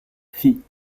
fit